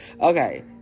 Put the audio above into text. Okay